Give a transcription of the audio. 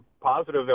positive